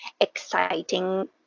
exciting